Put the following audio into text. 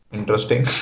Interesting